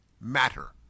matter